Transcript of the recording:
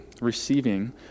receiving